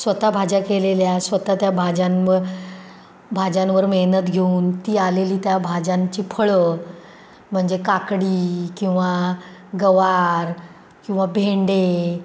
स्वत भाज्या केलेल्या स्वतः त्या भाज्यांवर भाज्यांवर मेहनत घेऊन ती आलेली त्या भाज्यांची फळं म्हणजे काकडी किंवा गवार किंवा भेंडे